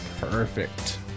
Perfect